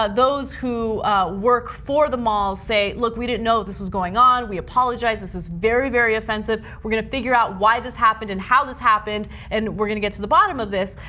ah those who work for the mall say, look, we didn't know this was going on. we apologize. this is very, very offensive. we're going to figure out why this happened and how this happened. and we're going to get to the bottom of this.